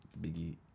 Biggie